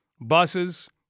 buses